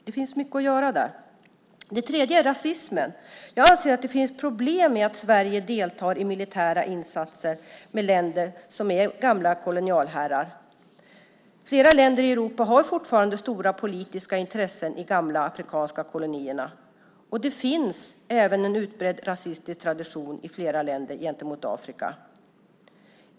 Det finns mycket att göra. Det tredje området är rasismen. Jag anser att det finns problem med att Sverige deltar i militära insatser med länder som är gamla kolonialherrar. Flera länder i Europa har fortfarande stora politiska intressen i de gamla afrikanska kolonierna. Det finns även en utbredd rasistisk tradition i flera länder gentemot Afrika.